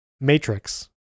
matrix